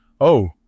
Oh